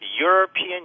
European